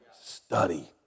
study